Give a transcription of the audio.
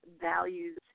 values